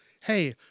Hey